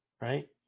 right